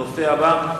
הנושא הבא: